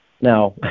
Now